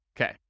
Okay